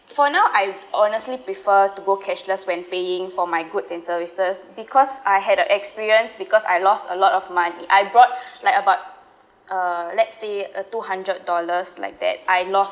for now I honestly prefer to go cashless when paying for my goods and services because I had a experience because I lost a lot of money I brought like about uh let's say uh two hundred dollars like that I lost